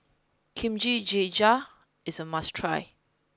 kimchi jjigae is a must try